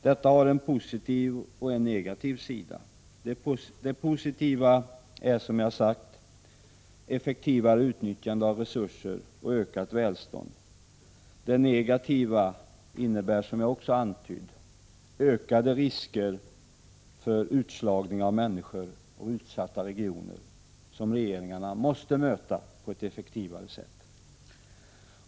Detta har en positiv och en negativ sida. Det positiva är, som jag sagt, effektivare utnyttjande av resurser och ökat välstånd. Det negativa innebär, som jag också antytt, ökade risker för utslagning av människor och utsatta regioner, något som regeringarna måste möta på ett effektivare sätt.